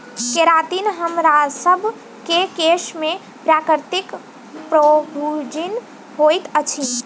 keratin हमरासभ केँ केश में प्राकृतिक प्रोभूजिन होइत अछि